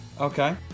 Okay